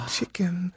Chicken